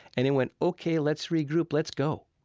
and it went, ok, let's regroup. let's go.